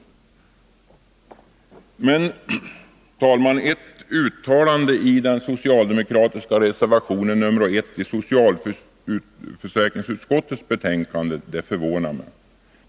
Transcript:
Herr talman! Ett uttalande i den socialdemokratiska reservationen 1i Nr 49 socialförsäkringsutskottets betänkande nr 6 förvånar mig.